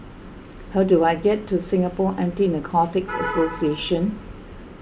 how do I get to Singapore Anti Narcotics Association